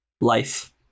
life